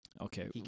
Okay